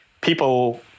people